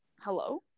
hello